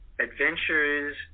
adventures